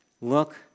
Look